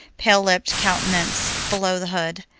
pale-lipped countenance below the hood.